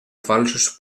falsos